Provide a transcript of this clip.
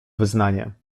wyznanie